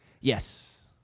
Yes